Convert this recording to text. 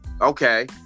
Okay